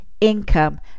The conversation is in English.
income